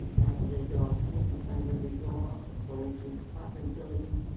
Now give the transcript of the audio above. the dog sniff in front of every door, or go into an apartment building?